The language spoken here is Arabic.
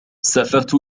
سافرت